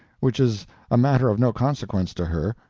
which is a matter of no consequence to her,